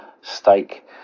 Stake